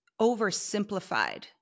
oversimplified